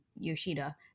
Yoshida